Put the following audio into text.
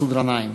מסעוד גנאים.